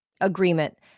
agreement